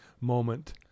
moment